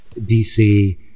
DC